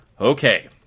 Okay